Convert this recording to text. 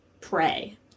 pray